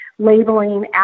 labeling